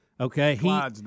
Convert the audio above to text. Okay